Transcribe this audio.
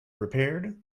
repaired